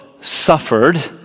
suffered